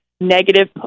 Negative